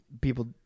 people